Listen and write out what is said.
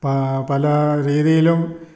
പല രീതിയിലും